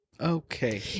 Okay